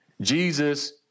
Jesus